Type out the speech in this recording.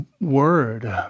word